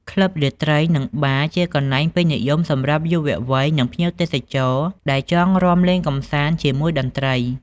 ក្លឹបរាត្រី និងបារ ជាកន្លែងពេញនិយមសម្រាប់យុវវ័យ និងភ្ញៀវទេសចរ ដែលចង់រាំលេងកម្សាន្តជាមួយតន្ត្រី។